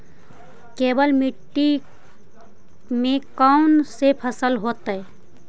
केवल मिट्टी में कौन से फसल होतै?